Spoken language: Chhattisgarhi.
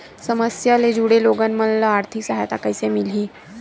समस्या ले जुड़े लोगन मन ल आर्थिक सहायता कइसे मिलही?